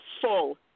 full